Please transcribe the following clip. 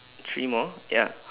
three more ya